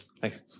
Thanks